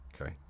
Okay